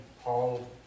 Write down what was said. Paul